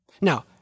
Now